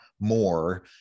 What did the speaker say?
more